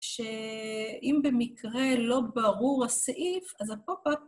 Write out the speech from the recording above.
שאם במקרה לא ברור הסעיף, אז הפופ-אפ